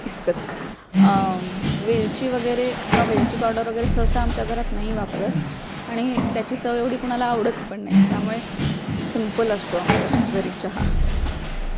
इतकंच वेलची वगैरे किंवा वेलची पावडर वगैरे सहसा आमच्या घरात नाही वापरत आणि त्याची चव एवढी कोणाला आवडत पण नाही त्यामुळे सिम्पल असतो आमचा घरी चहा